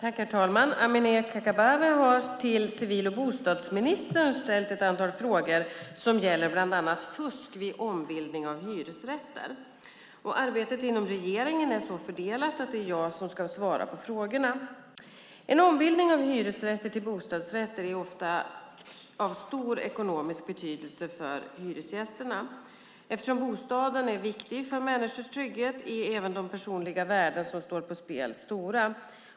Herr talman! Amineh Kakabaveh har till civil och bostadsministern ställt ett antal frågor som gäller bland annat fusk vid ombildning av hyresrätter. Arbetet inom regeringen är så fördelat att det är jag som ska svara på frågorna. En ombildning av hyresrätter till bostadsrätter är ofta av stor ekonomisk betydelse för hyresgästerna. Eftersom bostaden är viktig för människors trygghet är även de personliga värden som står på spel stora.